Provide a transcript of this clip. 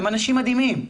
הם אנשים מדהימים,